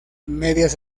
medias